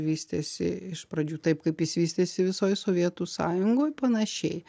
vystėsi iš pradžių taip kaip jis vystėsi visoj sovietų sąjungoj panašiai